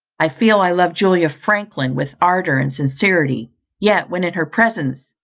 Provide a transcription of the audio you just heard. i feel i love julia franklin with ardour and sincerity yet, when in her presence,